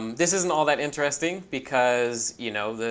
um this isn't all that interesting, because, you know,